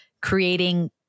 creating